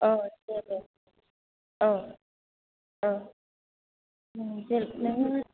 औ दे दे औ औ उम दे नोङो